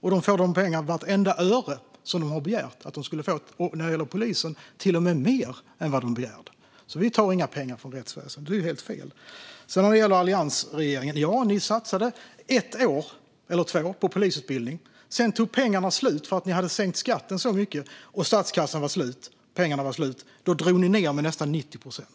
De får vartenda öre de har begärt och när det gäller polisen till och med mer än de begärt. Vi tar inga pengar från rättsväsendet; det är helt fel. När det gäller alliansregeringen satsade ni ett år eller två på polisutbildning. Sedan tog pengarna slut i statskassan för att ni hade sänkt skatten så mycket. Då drog ni ned med nästan 90 procent.